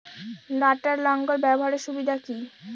লটার লাঙ্গল ব্যবহারের সুবিধা কি?